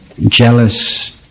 jealous